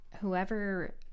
whoever